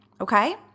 Okay